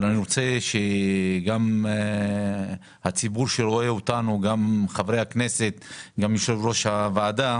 אני רוצה שהציבור שצופה בנו גם חברי הכנסת וגם יושב ראש הוועדה